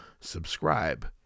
subscribe